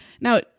Now